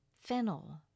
fennel